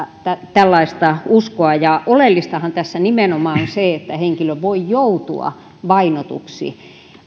tällaista uskoa oleellistahan tässä on nimenomaan se että henkilö voi joutua vainotuksi